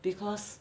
because